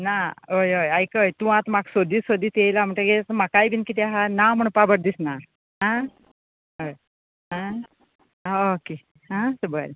ना हय हय आयकल तूं आतां म्हाका सोदीत सोदीत येयला म्हण्टगीत म्हाकाय बिन कितें आसा ना म्हणपा बरें दिसना आं हय ओके आं बरें